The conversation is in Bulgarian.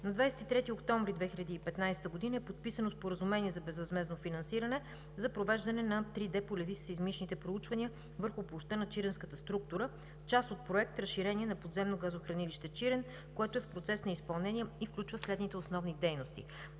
На 23 октомври 2015 г. е подписано споразумение за безвъзмездно финансиране за провеждане на 3D полеви сеизмични проучвания върху площта на чиренската структура, част от Проект „Разширение на подземно газохранилище „Чирен“, което е в процес на изпълнение и включва следните основни дейности: